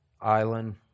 island